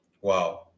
Wow